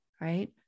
Right